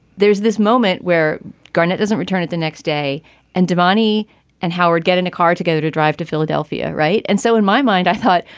there's this moment where garnett doesn't return it the next day and doumani and howard get in a car to go to drive to philadelphia. right. and so in my mind, i thought,